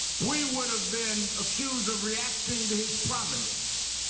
we would have been accused of reacting to his prominence.